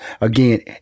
again